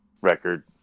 record